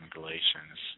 Galatians